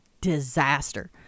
disaster